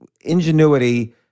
ingenuity